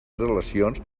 relacions